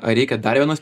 ar reikia dar vienos